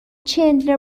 چندلر